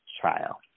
trial